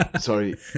Sorry